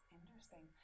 Interesting